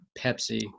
pepsi